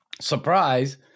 Surprise